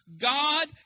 God